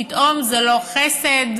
פתאום זה לא חסד,